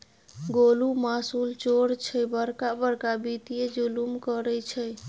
गोलु मासुल चोर छै बड़का बड़का वित्तीय जुलुम करय छै